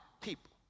people